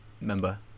member